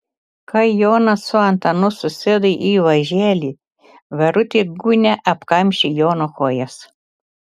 kai jonas su antanu susėdo į važelį verutė gūnia apkamšė jono kojas